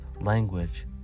language